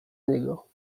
niego